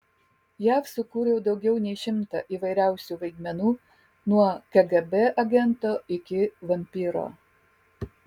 jav sukūriau daugiau nei šimtą įvairiausių vaidmenų nuo kgb agento iki vampyro